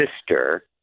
sister